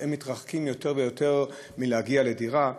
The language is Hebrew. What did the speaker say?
שמתרחקים יותר ויותר מלהגיע לדירה,